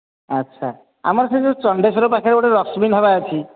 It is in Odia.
ଆଚ୍ଛା ଆମର ସେ ଯୋଉ ଚଣ୍ଡେଶ୍ୱର ପାଖରେ ଗୋଟେ ରଶ୍ମି ଢ଼ାବା ଅଛି